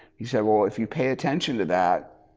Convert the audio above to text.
he said well, if you pay attention to that